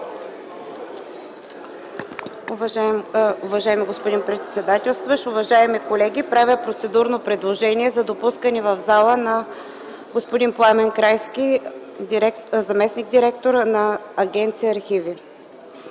Уважаеми господин председателстващ, уважаеми колеги! Правя процедурно предложение за допускане в залата на господин Пламен Краевски – заместник-директор на Агенция „Архиви”.